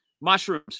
Mushrooms